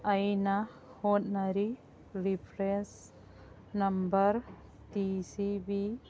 ꯑꯩꯅ ꯍꯣꯠꯅꯔꯤ reference number T C B